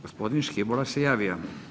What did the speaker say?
Gospodin Škibola se javio.